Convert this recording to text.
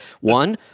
one